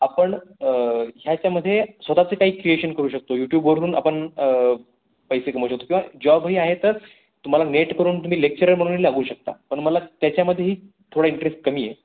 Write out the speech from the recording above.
आपण ह्याच्यामध्ये स्वतःचं काही क्रिएशन करू शकतो यूट्यूबवरून आपण पैसे कमवू शकतो किंवा जॉबही आहे तर तुम्हाला नेट करून तुम्ही लेक्चरर म्हणूनही लागू शकता पण मला त्याच्यामध्येही थोडा इंटरेस्ट कमी आहे